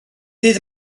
dydd